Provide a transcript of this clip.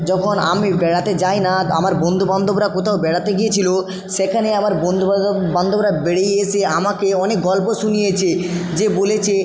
যখন আমি বেড়াতে যাই না আমার বন্ধুবান্ধবরা কোথাও বেড়াতে গিয়েছিল সেখানে আমার বন্ধুবান্ধব বান্ধবরা বেড়িয়ে এসে আমাকে অনেক গল্প শুনিয়েছে যে বলেছে